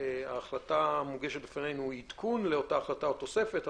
ההחלטה המוגשת בפנינו היא עדכון לאותה החלטה או תוספת.